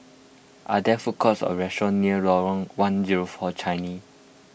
are there food courts or restaurants near Lorong one zero four Changi